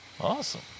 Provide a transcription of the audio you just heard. Awesome